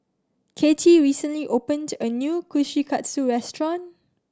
Kathy recently opened a new Kushikatsu restaurant